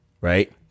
Right